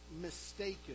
mistaken